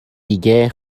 دیگه